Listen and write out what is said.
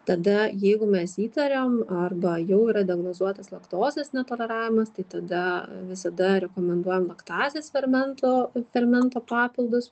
tada jeigu mes įtariam arba jau yra diagnozuotas laktozės netoleravimas tai tada visada rekomenduojam laktazės fermento fermento papildus